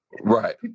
Right